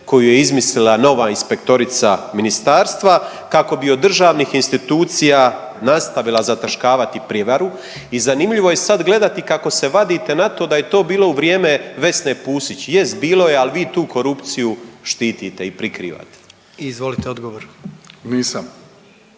koju je izmislila nova inspektorica ministarstva kako bi od državnih institucija nastavila zataškavati prijevaru i zanimljivo je sad gledati kako se vadite na to da je to bilo u vrijeme Vesne Pusić, jest bilo je, al vi tu korupciju štitite i prikrivate. **Jandroković,